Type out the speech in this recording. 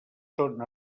són